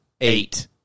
Eight